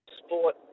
sport